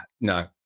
no